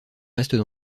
restent